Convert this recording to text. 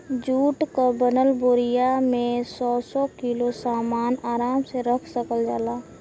जुट क बनल बोरिया में सौ सौ किलो सामन आराम से रख सकल जाला